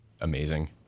amazing